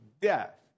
death